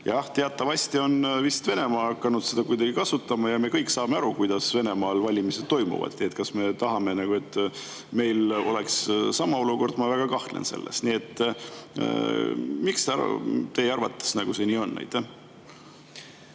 Teatavasti on Venemaa hakanud seda kuidagi kasutama ja me kõik saame aru, kuidas Venemaal valimised toimuvad. Kas me tahame, et meil oleks sama olukord? Ma väga kahtlen selles. Miks see teie arvates nii on?